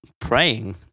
praying